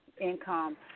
income